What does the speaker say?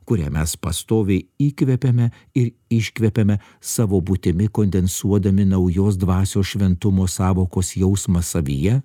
kurią mes pastoviai įkvepiame ir iškvepiame savo būtimi kondensuodami naujos dvasios šventumo sąvokos jausmą savyje